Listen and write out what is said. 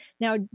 Now